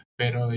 pero